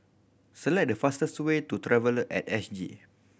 select the fastest way to Traveller At S G